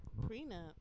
Prenup